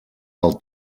pel